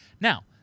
Now